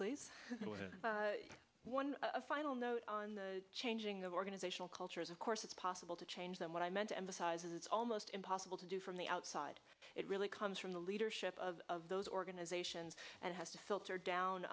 please one a final note on the changing of organizational culture is of course it's possible to change them what i meant to emphasize is it's almost impossible to do from the outside it really comes from the leadership of those organizations and has to filter down